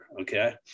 okay